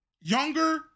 younger